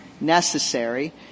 necessary